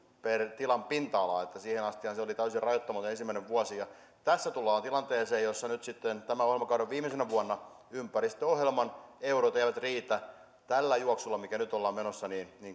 per tilan pinta ala siihen astihan se oli täysin rajoittamaton ensimmäisen vuoden tässä tullaan tilanteeseen jossa nyt sitten tämän ohjelmakauden viimeisenä vuonna ympäristöohjelman eurot eivät riitä tällä juoksulla millä nyt ollaan menossa